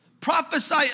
prophesy